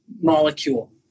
molecule